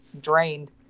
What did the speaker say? drained